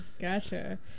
Gotcha